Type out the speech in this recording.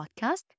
podcast